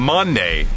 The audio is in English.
Monday